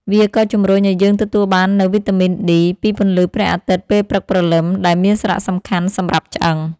វាក៏ជម្រុញឲ្យយើងទទួលបាននូវវីតាមីន D ពីពន្លឺព្រះអាទិត្យពេលព្រឹកព្រលឹម ដែលមានសារៈសំខាន់សម្រាប់ឆ្អឹង។